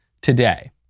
today